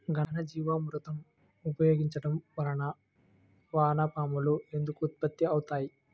ఘనజీవామృతం ఉపయోగించటం వలన వాన పాములు ఎందుకు ఉత్పత్తి అవుతాయి?